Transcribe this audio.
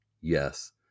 Yes